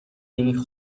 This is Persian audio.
این